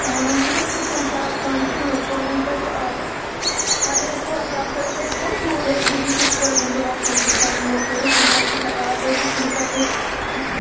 آ وۅنۍ چھُنہٕ حظ پرٕٛژھُن چھُ آسان کہِ کورٮ۪ن سۭتۍ چھُ اکھ اگر حظ کورے آسہٕ ہاو ہیٚرِ بۅن کوٗر ہیٚکہِ بیٚیِس کورِ ہُنٛد واش روٗم کُنہِ ساتہٕ یوٗز کٔرِتھ کُنہِ ساتہٕ ہیٚکہِ نہِ آب ٲسِتھ کُنہِ ساتہٕ